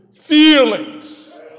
feelings